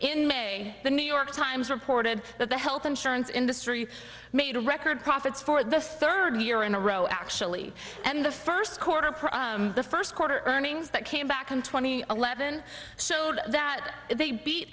in may the new york times reported that the health insurance industry made record profits for the third year in a row actually and the first quarter of the first quarter earnings the came back and twenty eleven showed that they beat